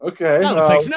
Okay